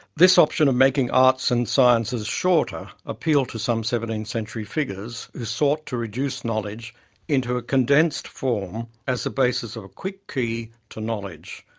this option of making arts and sciences shorter appealed to some seventeenth-century figures, who sought to reduce knowledge into a condensed form as the basis of a quick key to knowledge.